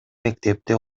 мектепте